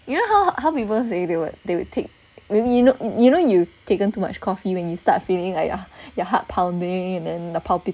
you know how how people say they would they would take maybe you know you know you taken too much coffee when you start feeling like ah your heart pounding and then the